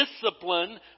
Discipline